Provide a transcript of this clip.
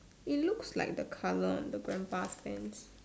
it looks like the color on the grandpa's pants